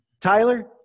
Tyler